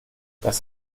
das